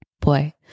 Boy